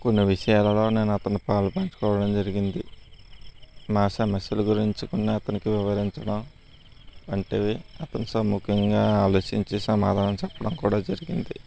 కొన్ని విషయాలలో నేను అతను పాలు పంచుకోవడం జరిగింది మా సమస్యల గురించి కొన్ని అతనికి వివరించడం వంటివి అతను సముఖంగా ఆలోచించి సమాధానం చెప్పడం కూడా జరిగింది